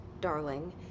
darling